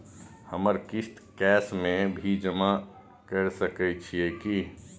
हमर किस्त कैश में भी जमा कैर सकै छीयै की?